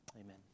amen